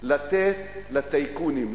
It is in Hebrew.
לתת לטייקונים,